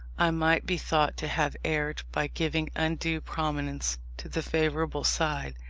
i might be thought to have erred by giving undue prominence to the favourable side,